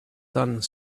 done